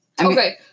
Okay